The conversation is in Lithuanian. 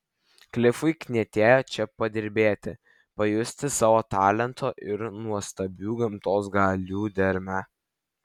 klifui knietėjo čia padirbėti pajusti savo talento ir nuostabių gamtos galių dermę